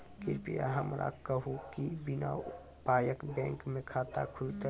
कृपया हमरा कहू कि बिना पायक बैंक मे खाता खुलतै?